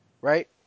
right